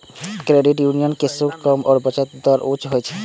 credit union के शुल्क कम आ बचत दर उच्च होइ छै